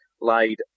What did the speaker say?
laid